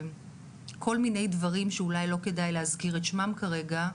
בכל מיני דברים שאולי לא כדאי להזכיר את שמם כרגע,